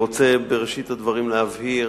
בראשית הדברים אני רוצה להבהיר